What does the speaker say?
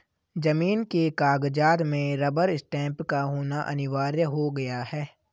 जमीन के कागजात में रबर स्टैंप का होना अनिवार्य हो गया है